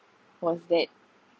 was that